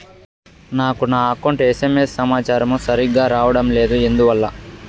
నాకు నా account SMS సమాచారము సరిగ్గా రావడం లేదు ఎందువల్ల?